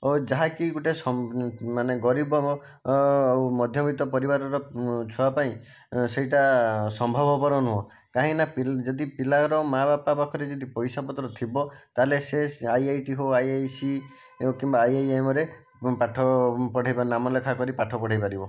ଓ ଯାହାକି ଗୋଟିଏ ମାନେ ଗରିବ ଆଉ ମଧ୍ୟବିତ୍ତ ପରିବାରର ଛୁଆ ପାଇଁ ସେହିଟା ସମ୍ଭବପର ନୁହେଁ କାହିଁକିନା ଯଦି ପିଲାର ମାଆ ବାପା ପାଖରେ ଯଦି ପଇସାପତ୍ର ଥିବ ତା ହେଲେ ସେ ଆଇ ଆଇ ଟି ହେଉ ଆଇ ଆଇ ସି କିମ୍ବା ଆଇ ଆଇ ଏମ୍ ରେ ପାଠ ପଢ଼ୋ ବା ନାମ ଲେଖା କରି ପାଠ ପଢ଼ାଇ ପାରିବ